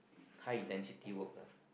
high intensity work lah